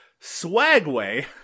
Swagway